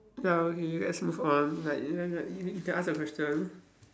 ya okay let's move on like you can like you you can ask your question